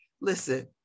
Listen